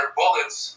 bullets